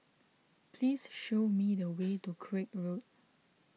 please show me the way to Craig Road